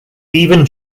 even